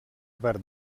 verd